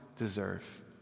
deserve